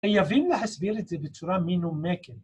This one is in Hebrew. חייבים להסביר את זה בצורה מנומקת.